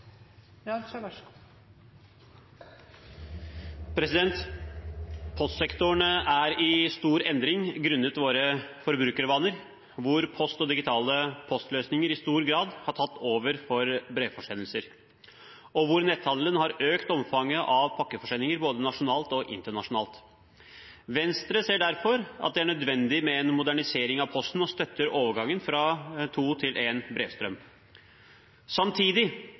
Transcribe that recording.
Postsektoren er i stor endring grunnet våre forbrukervaner, hvor post som digitale postløsninger i stor grad har tatt over for brevforsendelser, og hvor netthandelen har økt omfanget av pakkeforsendinger både nasjonalt og internasjonalt. Venstre ser derfor at det er nødvendig med en modernisering av Posten og støtter overgangen fra to brevstrømmer til